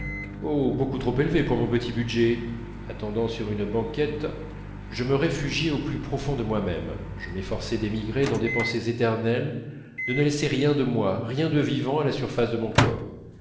oh beaucoup trop élevés pour mon petit budget attendant sur une banquette je me réfugiais au plus profond de moi-même je m'efforçais d'émigrer dans les pensées éternelles de ne laisser rien de moi rien de vivant à la surface de mon corps